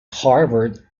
harvard